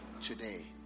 today